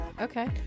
Okay